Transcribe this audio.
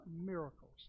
miracles